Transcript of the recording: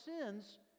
sins